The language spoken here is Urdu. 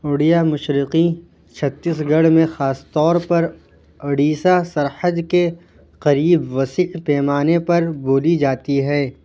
اڑیہ مشرقی چھتیس گڑھ میں خاص طور پر اڑیسہ سرحد کے قریب وسیع پیمانے پر بولی جاتی ہے